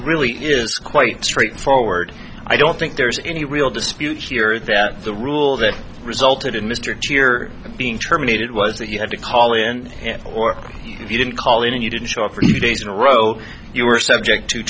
really years quite straightforward i don't think there's any real dispute here or there the rule that resulted in mr two year being terminated was that you had to call in or if you didn't call in and you didn't show up for you days in a row you were subject to